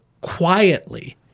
quietly